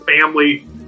family